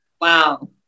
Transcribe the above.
Wow